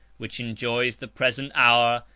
which enjoys the present hour,